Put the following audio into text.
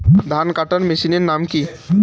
ধান কাটার মেশিনের নাম কি?